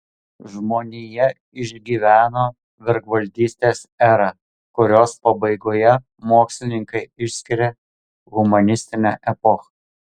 žmonija išgyveno vergvaldystės erą kurios pabaigoje mokslininkai išskiria humanistinę epochą